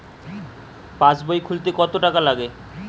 পাশবই খুলতে কতো টাকা লাগে?